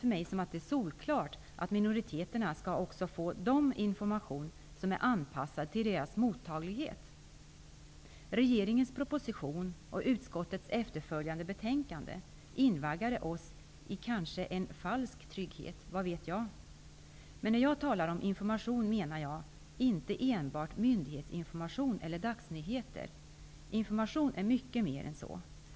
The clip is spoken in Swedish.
För mig känns det solklart att minoriteterna också skall få information som är anpassad till deras förmåga att motta den. Regeringens proposition och utskottets efterföljande betänkande invaggade oss kanske i en falsk trygghet -- vad vet jag? När jag talar om information menar jag inte enbart myndighetsinformation eller dagsnyheter. Information är mycket mer än så.